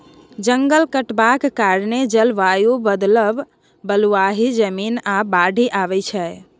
जंगल कटबाक कारणेँ जलबायु बदलब, बलुआही जमीन, आ बाढ़ि आबय छै